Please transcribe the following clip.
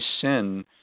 sin